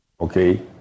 Okay